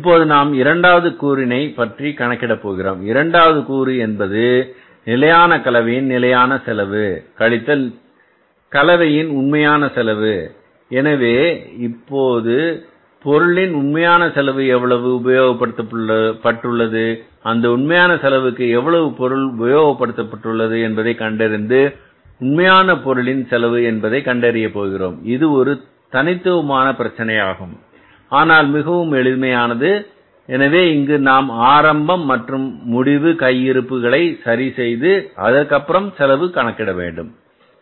இப்போது நாம் இரண்டாவது கூறினை பற்றி கணக்கிட போகிறோம் இரண்டாவது கூறு என்பது நிலையான கலவையின் நிலையான செலவு கழித்தல் கலவையின் உண்மையான செலவு எனவே நாம் இப்போது பொருளின் உண்மையான செலவு எவ்வளவு உபயோகப்படுத்தப்பட்டுள்ளது அந்த உண்மையான செலவுக்கு எவ்வளவு பொருள் உபயோகப்படுத்தப்பட்டுள்ளது என்பதை கண்டறிந்து உண்மையான பொருளில் செலவு என்பதை கண்டறிய போகிறோம் இது ஒரு தனித்துவமான பிரச்சனையாகும் ஆனால் மிகவும் எளிதானது எனவே இங்கு நாம் ஆரம்பம் மற்றும் முடிவு கையிருப்பு களை சரி செய்து அதற்கப்புறம் செலவை கணக்கிட வேண்டும்